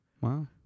wow